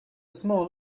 small